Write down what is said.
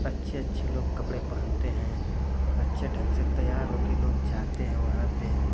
अच्छे अच्छे लोग कपड़े पहनते हें अच्छे ढंग से तैयार हो कर लोग जाते हैं वहाँ पर